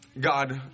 God